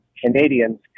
Canadians